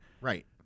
Right